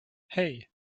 hey